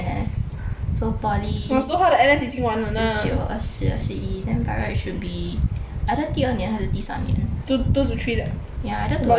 so poly 十九二十二十一 then by right should be either 第二年还是第三年 ya either two or three